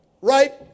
right